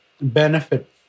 benefit